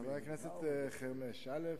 חבר הכנסת חרמש, א.